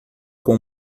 com